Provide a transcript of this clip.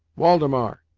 waldemar,